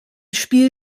spiel